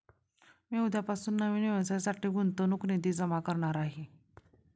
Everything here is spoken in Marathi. मी उद्यापासून नवीन व्यवसायासाठी गुंतवणूक निधी जमा करणार आहे